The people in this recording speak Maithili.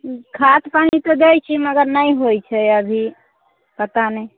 हूँ खाद पानि तऽ दै छी मगर नहि होइत छै अभी पता नहि